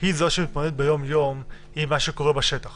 היא זו שמתמודדת ביומיום עם מה שקורה בשטח